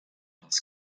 das